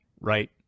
right